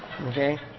Okay